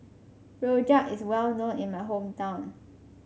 Rojak is well known in my hometown